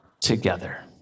together